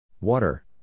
Water